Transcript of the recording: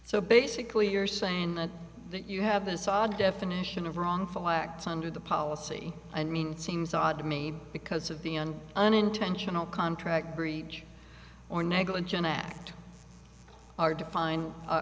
so basically you're saying that you have this odd definition of wrongful acts under the policy i mean seems odd to me because of the an unintentional contract breach or negligent act are defined